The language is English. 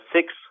six